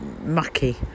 mucky